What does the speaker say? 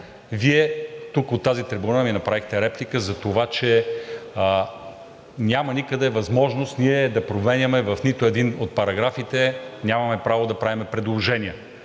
Вие тук от тази трибуна ми направихте реплика затова, че няма никъде възможност ние да променяме, в нито един от параграфите нямаме право да правим предложения.